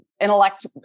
Intellect